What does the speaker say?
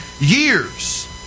years